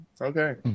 okay